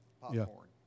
popcorn